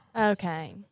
Okay